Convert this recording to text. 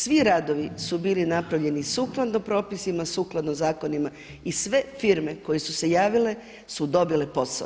Svi radovi su bili napravljeni sukladno propisima, sukladno zakonima i sve firme koje su se javile su dobile posao.